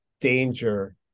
Danger